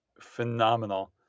phenomenal